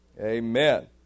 Amen